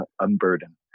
unburden